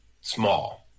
small